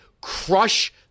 crush